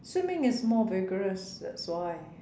swimming is more vigorous that's why